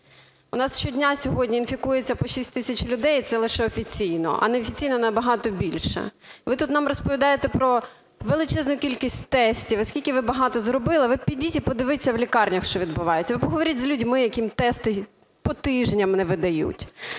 У нас щодня сьогодні інфікується по 6 тисяч людей, і це лише офіційно, а неофіційно набагато більше. Ви тут нам розповідаєте про величезну кількість тестів і скільки ви багато зробили. Ви підіть і продивіться, в лікарнях що відбувається, ви поговоріть з людьми, яким тести по тижням не видають.